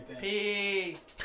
Peace